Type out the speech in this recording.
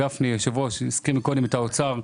היושב ראש הרב גפני הזכיר קודם את האוצר,